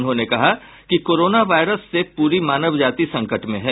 उन्होंने कहा कि कोरोना वायरस से पूरी मानवजाति संकट में है